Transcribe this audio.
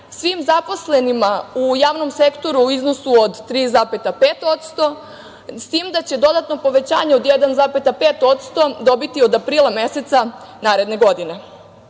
svim zaposlenima u javnom sektoru u iznosu od 3,5%, s tim da će dodatno povećanje od 1,5% dobiti od aprila meseca naredne godine.